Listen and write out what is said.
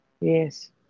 Yes